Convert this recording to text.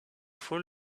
fool